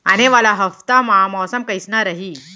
आने वाला हफ्ता मा मौसम कइसना रही?